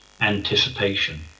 anticipation